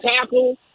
tackle